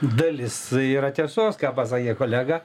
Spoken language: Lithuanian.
dalis yra tiesos ką pasakė kolega